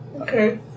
Okay